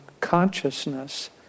consciousness